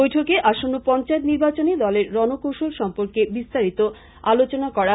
বৈঠকে আসন্ন পঞ্চায়েত নির্বাচনে দলের রনকৌশল সম্পর্কে বিস্তারিত আলোচনা করা হয়